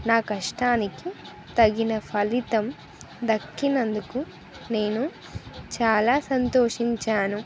నా కష్టానికి తగిన ఫలితం దక్కినందుకు నేను చాలా సంతోషించాను